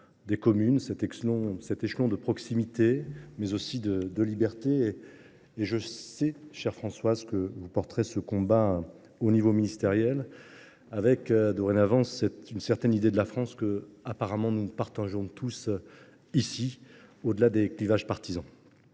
des communes, cet échelon de responsabilité et de liberté. Je sais, chère Françoise, que vous porterez ce combat au niveau ministériel au nom d’une certaine idée de la France que nous partageons tous ici, au delà des clivages partisans.